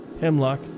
hemlock